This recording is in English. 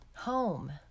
home